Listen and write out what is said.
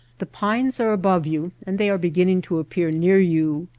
the pines are above you and they are beginning to appear near you.